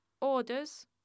orders